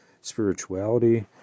spirituality